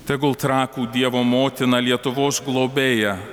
tegul trakų dievo motina lietuvos globėja